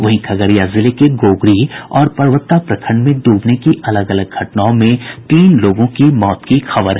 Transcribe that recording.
वहीं खगड़िया जिले के गोगरी और परबत्ता प्रखंड में डूबने की अलग अलग घटनाओं में तीन लोगों की मौत की खबर है